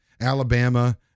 Alabama